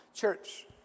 Church